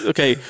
Okay